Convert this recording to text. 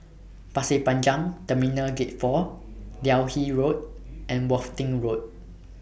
Pasir Panjang Terminal Gate four Delhi Road and Worthing Road